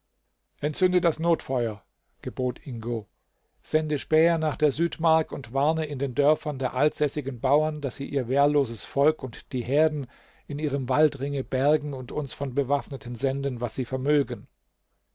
entzünde das notfeuer gebot ingo sende späher nach der südmark und warne in den dörfern der altsässigen bauern daß sie ihr wehrloses volk und die herden in ihrem waldringe bergen und uns von bewaffneten senden was sie vermögen